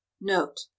note